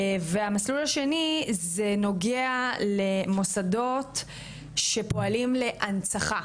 המסלול השני נוגע למוסדות שפועלים להנצחה,